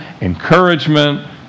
encouragement